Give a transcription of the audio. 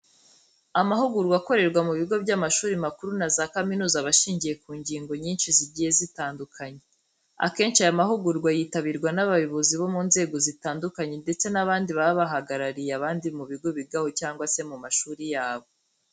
Amahugurwa akorerwa mu bigo by'amashuri makuru na za kaminuza aba ashingiye ku ngingo nyinshi zigiye zitandukanye. Akenshi aya mahugurwa yitabirwa n'abayobozi bo mu nzego zitandukanye ndetse n'abandi baba bahagarariye abandi mu bigo bigaho cyangwa se mu mashuri yabo.